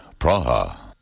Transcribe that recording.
Praha